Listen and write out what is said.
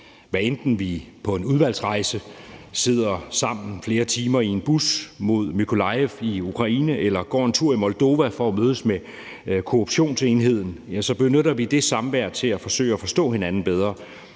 Hvad enten vi på en udvalgsrejse sidder sammen i flere timer i en bus mod Mykolajiv i Ukraine eller går en tur i Moldova for at mødes med korruptionsenheden, benytter vi det samvær til at forsøge at forstå hinanden bedre.